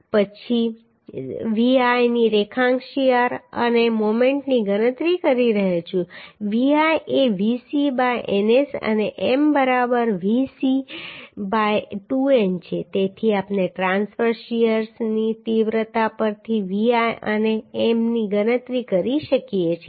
પછી હું Vl ની રેખાંશ શીયર અને મોમેન્ટની ગણતરી કરી રહ્યો છું Vl એ VC બાય NS અને M બરાબર VC બાય 2N છે તેથી આપણે ટ્રાંસવર્સ શીયરની તીવ્રતા પરથી Vl અને Mની ગણતરી કરી શકીએ છીએ